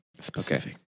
Specific